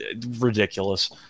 ridiculous